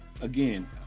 again